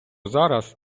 зараз